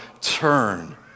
turn